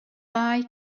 wei